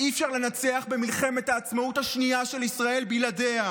אי-אפשר לנצח במלחמת העצמאות השנייה של ישראל בלעדיה.